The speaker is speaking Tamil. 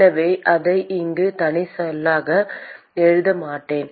எனவே அதை இங்கு தனிச் சொல்லாக எழுத மாட்டேன்